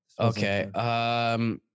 Okay